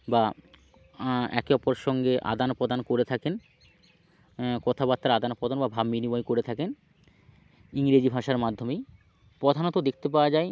বা একে অপরের সঙ্গে আদান প্রদান করে থাকেন কথা বার্তা আদান প্রদান বা ভাব বিনিময় করে থাকেন ইংরেজি ভাষার মাধ্যমেই প্রধানত দেখতে পাওয়া যায়